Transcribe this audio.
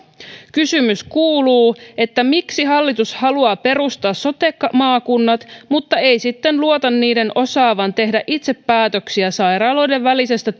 kysymys kuuluu miksi hallitus haluaa perustaa sote maakunnat mutta ei sitten luota niiden osaavan tehdä itse päätöksiä sairaaloiden välisestä